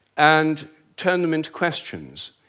and turn them into questions.